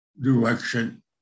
direction